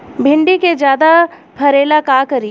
भिंडी के ज्यादा फरेला का करी?